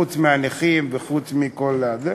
חוץ מהנכים וחוץ מכל זה.